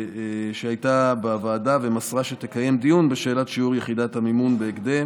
שהייתה בוועדה ומסרה שתקיים דיון בשאלת שיעור יחידת המימון בהקדם.